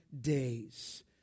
days